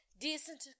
Decent